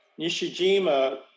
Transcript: Nishijima